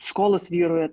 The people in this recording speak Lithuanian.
skolos vyrauja